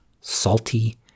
salty